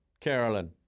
Carolyn